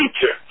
teacher